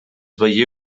veié